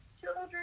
children